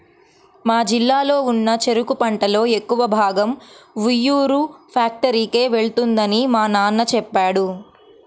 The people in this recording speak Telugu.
మా జిల్లాలో ఉన్న చెరుకు పంటలో ఎక్కువ భాగం ఉయ్యూరు ఫ్యాక్టరీకే వెళ్తుందని మా నాన్న చెప్పాడు